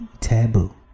taboo